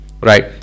Right